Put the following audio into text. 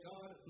God